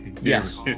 Yes